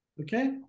Okay